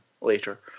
later